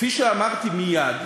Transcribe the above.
כפי שאמרתי מייד,